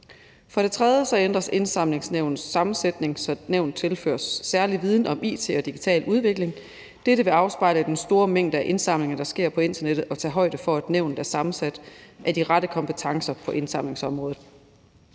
For det tredje ændres Indsamlingsnævnets sammensætning, så nævnet tilføres særlig viden om it og den digitale udvikling. Dette vil afspejle den store mængde af indsamlinger, der sker på internettet, og tager højde for, at nævnet er sammensat af mennesker med de rette kompetencer på indsamlingsområdet.